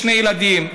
לשני ילדים,